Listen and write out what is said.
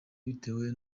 bitewe